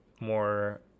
more